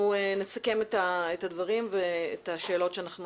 אנחנו נסכם את הדברים ואת השאלות שאנחנו